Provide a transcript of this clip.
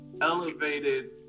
elevated